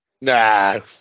No